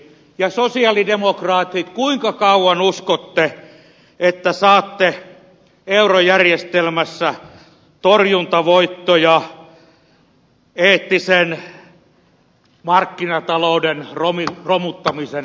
ja sosialidemokraatit kuinka kauan uskotte että saatte eurojärjestelmässä torjuntavoittoja eettisen markkinatalouden romuttamisen äärellä